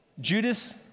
Judas